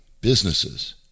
businesses